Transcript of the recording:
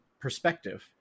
perspective